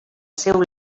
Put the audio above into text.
seu